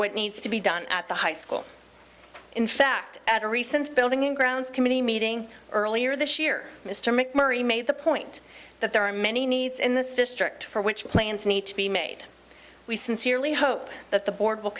what needs to be done at the high school in fact at a recent building and grounds committee meeting earlier this year mr macmurray made the point that there are many needs in this district for which plans need to be made we sincerely hope that the board